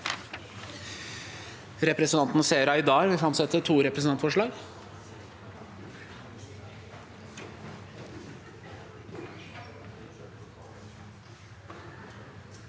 Representanten Sofie Mar- haug vil framsette et representantforslag.